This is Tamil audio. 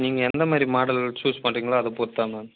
நீங்கள் எந்த மாதிரி மாடல் சூஸ் பண்ணுறீங்களோ அதை பொறுத்துதான் மேம்